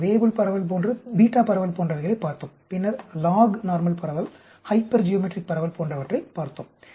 நாம் வேய்புல் பரவல் போன்று பீட்டா பரவல் போன்றவைகளைப் பார்த்தோம் பின்னர் லாக் நார்மல் பரவல் ஹைப்பர்ஜியோமெட்ரிக் பரவல் போன்றவற்றைப் பார்த்தோம்